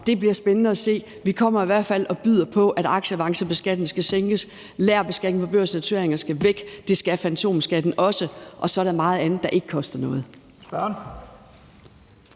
nok, bliver spændende at se. Vi kommer i hvert fald og byder på, at aktieavancebeskatningen skal sænkes. Lagerbeskatning på børsnoteringer skal væk. Det skal fantomskatten også. Og så er der meget andet, der ikke koster noget.